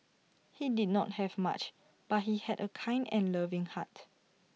he did not have much but he had A kind and loving heart